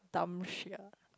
dumb shit ah